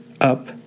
Up